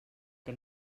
que